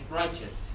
righteous